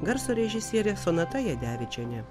garso režisierė sonata jadevičienė